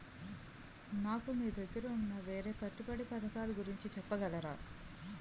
నాకు మీ దగ్గర ఉన్న వేరే పెట్టుబడి పథకాలుగురించి చెప్పగలరా?